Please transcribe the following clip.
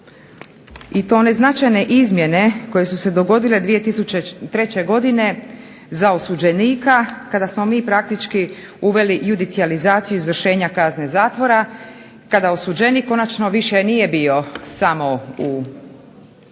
i to one značajne izmjene koje su se dogodile 2003. godine za osuđenika, kada smo mi praktički uveli judicijalizaciju izvršenja kazne zatvora, kada osuđenik konačno više nije bio samo u